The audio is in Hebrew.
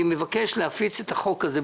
אני מבקש להפיץ את החוק הזה,